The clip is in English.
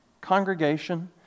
congregation